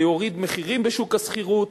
זה יוריד מחירים בשוק השכירות,